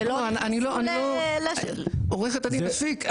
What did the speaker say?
ולא התייחסו -- עו"ד דין אפיק,